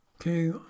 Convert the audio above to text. Okay